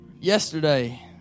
Yesterday